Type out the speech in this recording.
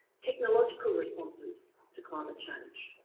technological responses to climate change.